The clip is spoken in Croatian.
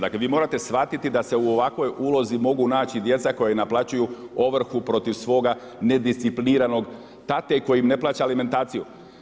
Dakle vi morate shvatiti da se u ovakvoj ulozi mogu naći djeca koja naplaćuju ovrhu protiv svoga nediscipliniranog tate koji im ne plaća alimentaciju.